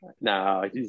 No